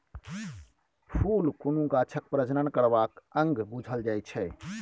फुल कुनु गाछक प्रजनन करबाक अंग बुझल जाइ छै